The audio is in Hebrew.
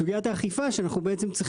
לגבי סוגיית האכיפה אנחנו צריכים